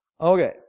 Okay